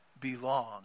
belong